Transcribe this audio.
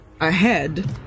ahead